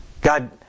God